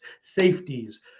safeties